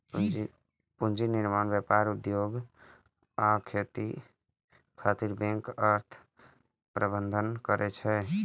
पूंजी निर्माण, व्यापार, उद्योग आ खेती खातिर बैंक अर्थ प्रबंधन करै छै